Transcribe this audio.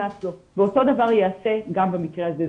ואותו דבר ייעשה גם במקרה הזה.